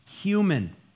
human